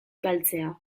galtzea